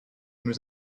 nous